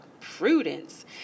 Prudence